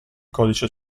codice